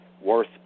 worth